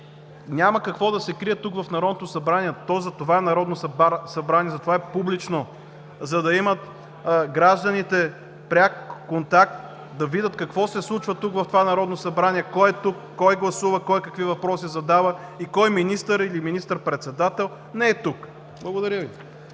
То затова е Народно събрание, затова е публично – за да имат гражданите пряк контакт, да видят какво се случва тук, в това Народно събрание, кой е тук, кой гласува, кой какви въпроси задава и кой министър или министър-председател не е тук. Благодаря.